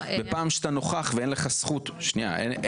פעם שאתה נוכח ואין לך זכות בתכנון,